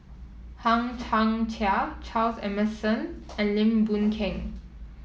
Hang Chang Chieh Charles Emmerson and Lim Boon Keng